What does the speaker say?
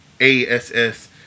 ASS